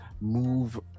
move